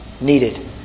needed